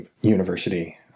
university